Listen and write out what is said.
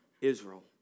Israel